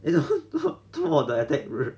做么 attack 你的